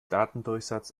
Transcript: datendurchsatz